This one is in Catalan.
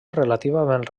relativament